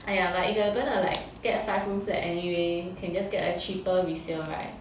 !aiya! but if you're going to like get five room flat anyway can just get a cheaper resale [right]